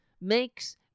makes